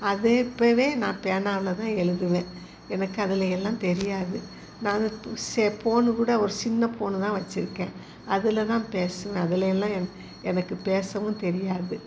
அதே இப்பவே நான் பேனாவில்தான் எழுதுவேன் எனக்கு அதில் எல்லாம் தெரியாது நான் சே போனுக்கூட ஒரு சின்ன போன் தான் வச்சிருக்கேன் அதில் தான் பேசுவேன் அதிலேலாம் என் எனக்கு பேசவும் தெரியாது